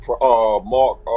Mark